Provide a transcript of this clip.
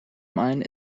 mine